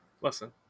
Listen